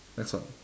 next one